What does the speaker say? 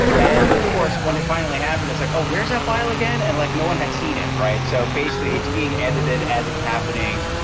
and of course, when it finally happened, it's like, oh, where's that file again? and like, no one had seen it. right. so basically, it's being edited as it's happening.